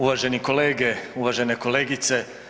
Uvaženi kolege, uvažene kolegice.